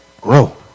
grow